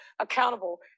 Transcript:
accountable